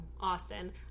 Austin